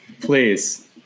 please